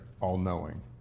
all-knowing